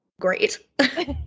great